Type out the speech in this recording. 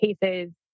cases